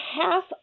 half